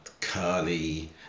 curly